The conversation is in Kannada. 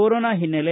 ಕೊರೋನಾ ಹಿನ್ನೆಲೆ